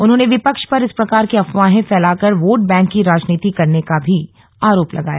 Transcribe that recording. उन्होंने विपक्ष पर इस प्रकार की अफवाहें फैलाकर वोट बैंक की राजनीति करने का भी आरोप लगाया